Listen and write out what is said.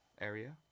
area